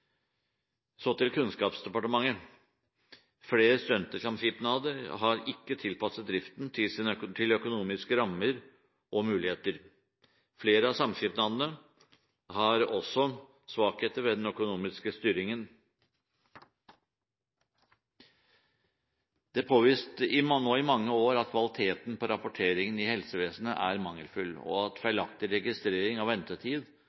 Så til Kunnskapsdepartementet: Flere studentsamskipnader har ikke tilpasset driften til sine økonomiske rammer og muligheter. Flere av samskipnadene har også svakheter ved den økonomiske styringen. Det er påvist i mange år at kvaliteten på rapporteringen i helsevesenet er mangelfull, og at feilaktig registrering av ventetid